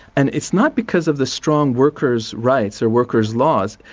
and it's not because of the strong workers rights or workers laws,